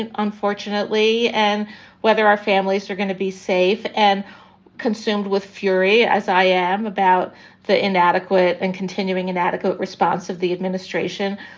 and unfortunately, and whether our families are going to be safe and consumed with fury, as i am, about the inadequate and continuing inadequate response of the administration.